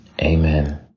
Amen